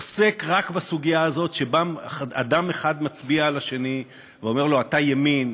עוסק רק בסוגיה הזאת שבה אדם אחד מצביע על השני ואומר לו: אתה ימין,